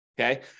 Okay